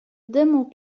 dymu